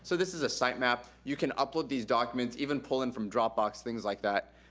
so this is a sitemap. you can upload these documents, even pull in from dropbox, things like that.